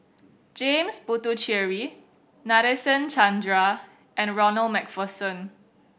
James Puthucheary Nadasen Chandra and Ronald Macpherson